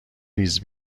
ریز